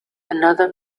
another